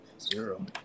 Zero